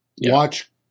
Watch